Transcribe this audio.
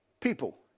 people